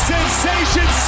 Sensation